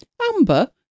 Amber